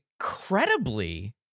incredibly